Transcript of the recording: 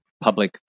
public